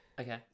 Okay